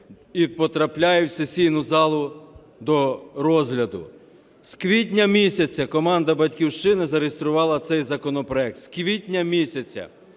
і потрапляють в сесійну залу до розгляду. З квітня місяця команда "Батьківщини" зареєструвала цей законопроект.